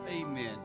Amen